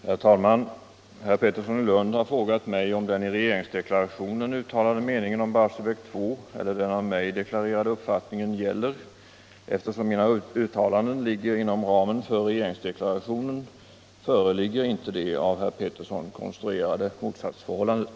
Herr talman! Herr Pettersson i Lund har frågat mig om den i regeringsdeklarationen uttalade meningen om Barsebäck 2 eller den av mig deklarerade uppfattningen gäller. Eftersom mina uttalanden ligger inom ramen för regeringsdeklarationen föreligger inte det av herr Pettersson konstruerade motsatsförhållandet. '